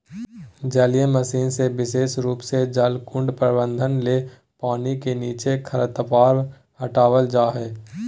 जलीय मशीन जे विशेष रूप से जलकुंड प्रबंधन ले पानी के नीचे खरपतवार हटावल जा हई